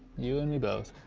you and me both.